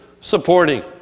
supporting